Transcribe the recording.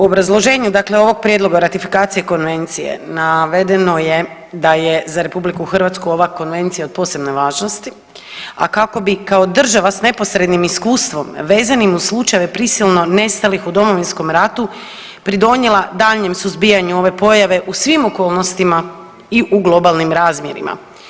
U obrazloženju dakle ovog prijedloga ratifikacije konvencije navedeno je da je za RH ova konvencija od posebne važnosti, a kako bi kao država sa neposrednim iskustvom vezanim uz slučajeve prisilno nestalih u Domovinskom ratu pridonijela daljnjem suzbijanju ove pojave u svim okolnostima i u globalnim razmjerima.